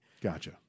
Gotcha